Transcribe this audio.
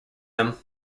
him